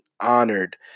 honored